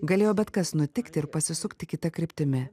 galėjo bet kas nutikti ir pasisukti kita kryptimi